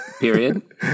Period